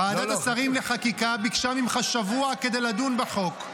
ועדת שרים לחקיקה ביקשה ממך שבוע כדי לדון בחוק.